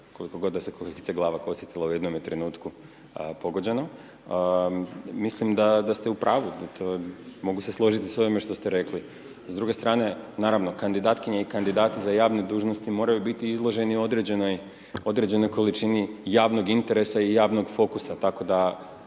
koliko god da se kolegica Glavak osjetila u jednome trenutku pogođenom, mislim da ste u pravu, mogu se složiti sa ovime što ste rekli. S druge strane, naravno kandidatkinje i kandidati za javne dužnosti moraju biti izloženi u određenoj količini javnog interesa i javnog fokusa tako da